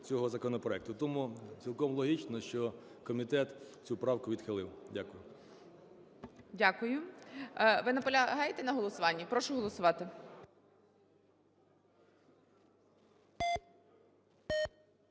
цього законопроекту. Тому цілком логічно, що комітет цю правку відхилив. Дякую. ГОЛОВУЮЧИЙ. Дякую. Ви наполягаєте на голосуванні? Прошу голосувати.